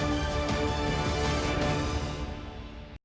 Дякую,